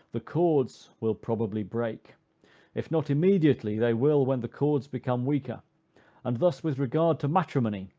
the cords will probably break if not immediately, they will when the cords become weaker and thus with regard to matrimony,